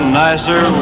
nicer